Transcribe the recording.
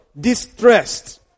distressed